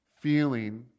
feeling